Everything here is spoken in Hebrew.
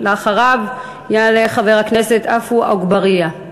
אחריו יעלה חבר הכנסת עפו אגבאריה.